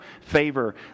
favor